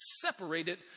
separated